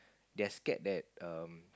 they're scared that um